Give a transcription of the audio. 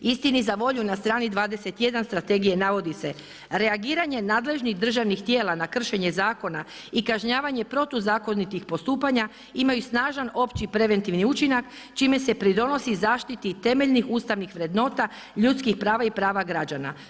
Istini za volju, na strani 21 strategije navodi se reagiranje nadležnih državnih tijela na kršenje zakona i kažnjavanje protuzakonitih postupanja imaju snažan opći i preventivni učinak čime se pridonosi zaštiti temeljnih ustavnih vrednota, ljudskih prava i prava građana.